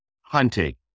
hunting